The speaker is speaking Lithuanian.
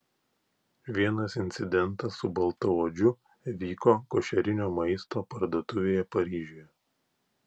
vienas incidentas su baltaodžiu vyko košerinio maisto parduotuvėje paryžiuje